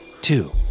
Two